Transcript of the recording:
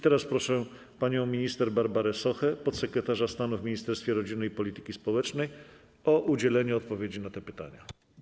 Teraz proszę panią minister Barbarę Sochę, podsekretarza stanu w Ministerstwie Rodziny i Polityki Społecznej o udzielenie odpowiedzi na te pytania.